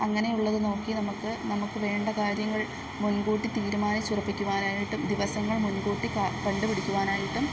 അങ്ങനെയുള്ളത് നോക്കി നമുക്ക് നമുക്ക് വേണ്ട കാര്യങ്ങൾ മുൻകൂട്ടി തീരുമാനിച്ചുറപ്പിക്കുവാനായിട്ടും ദിവസങ്ങൾ മുൻകൂട്ടി കണ്ടുപിടിക്കുവാനായിട്ടും